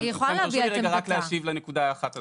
תרשו לי להשיב לנקודה האחת הזאת.